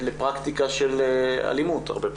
לפרקטיקה של אלימות הרבה פעמים.